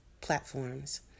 platforms